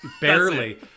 Barely